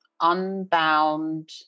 unbound